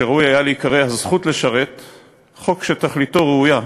שראוי היה להיקרא "הזכות לשרת" חוק שתכליתו ראויה,